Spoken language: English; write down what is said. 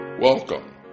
Welcome